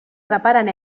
reparen